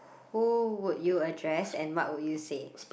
who would you address and what would you say